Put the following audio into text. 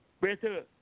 better